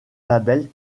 label